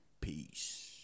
Peace